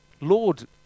Lord